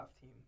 team